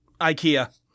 Ikea